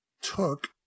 took